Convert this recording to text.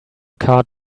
card